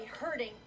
hurting